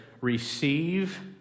Receive